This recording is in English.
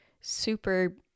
super